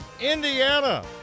Indiana